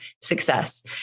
success